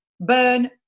burn